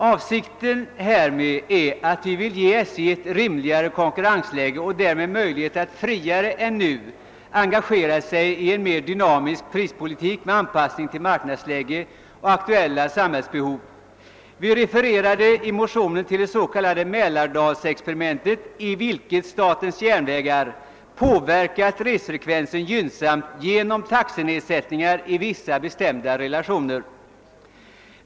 Avsikten är att ge SJ ett rimligare konkurrensläge och därmed möjlighet att friare än nu engagera sig i en mera dynamisk prispolitik med anpassning till marknadsläge och aktuella samhällsbehov. Vi refererar till det s.k. Mälardalsexperimentet i vilket SJ påverkat resfrekvensen gynnsamt genom taxenedsättningar i vissa bestämda relationer.